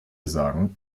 sagen